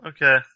Okay